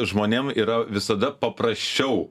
žmonėm yra visada paprasčiau